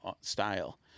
style